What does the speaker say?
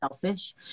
selfish